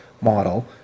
model